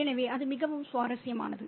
எனவே அது மிகவும் சுவாரஸ்யமானது